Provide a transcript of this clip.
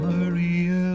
Maria